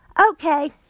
Okay